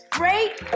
great